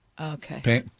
Okay